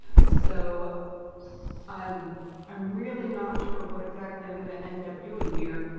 so i'm i'm really not sure what exactly i'm gonna end up doing here.